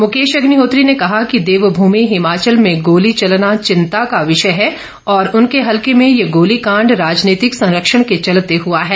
मुकेश अग्निहोत्री ने कहा कि देवभूमि हिमाचल में गोली चलना चिंता का विषय है और उनके हलके में यह गोली कांड राजनीतिक संरक्षण के चलते हुआ है